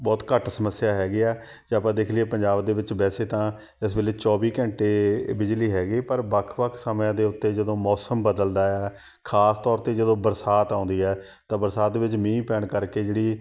ਬਹੁਤ ਘੱਟ ਸਮੱਸਿਆ ਹੈਗੀ ਆ ਜੇ ਆਪਾਂ ਦੇਖ ਲਈਏ ਪੰਜਾਬ ਦੇ ਵਿੱਚ ਵੈਸੇ ਤਾਂ ਇਸ ਵੇਲੇ ਚੌਵੀ ਘੰਟੇ ਬਿਜਲੀ ਹੈਗੀ ਪਰ ਵੱਖ ਵੱਖ ਸਮਿਆਂ ਦੇ ਉੱਤੇ ਜਦੋਂ ਮੌਸਮ ਬਦਲਦਾ ਆ ਖਾਸ ਤੌਰ 'ਤੇ ਜਦੋਂ ਬਰਸਾਤ ਆਉਂਦੀ ਹੈ ਤਾਂ ਬਰਸਾਤ ਵਿੱਚ ਮੀਂਹ ਪੈਣ ਕਰਕੇ ਜਿਹੜੀ